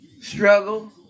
struggle